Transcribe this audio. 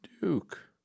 Duke